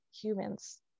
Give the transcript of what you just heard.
humans